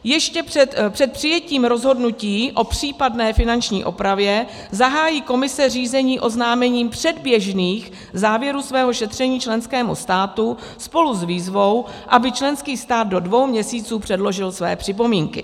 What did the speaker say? Ještě před přijetím rozhodnutí o případné finanční opravě zahájí Komise řízení oznámením předběžných závěrů svého šetření členskému státu spolu s výzvou, aby členský stát do dvou měsíců předložil své připomínky.